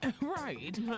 Right